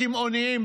הקמעונאים,